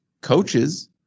coaches